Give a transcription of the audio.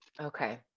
Okay